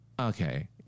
okay